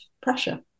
pressure